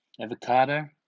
avocado